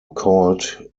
called